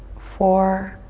four,